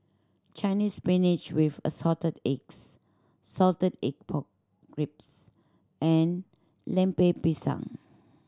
Chinese Spinach with Assorted Eggs salted egg pork ribs and Lemper Pisang